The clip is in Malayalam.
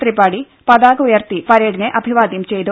ത്രിപാഠി പതാക ഉയർത്തി പരേഡിനെ അഭിവാദ്യം ചെയ്തു